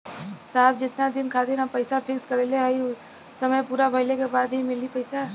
साहब जेतना दिन खातिर हम पैसा फिक्स करले हई समय पूरा भइले के बाद ही मिली पैसा?